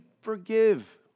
forgive